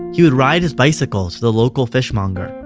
he would ride his bicycle to the local fishmonger,